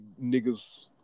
niggas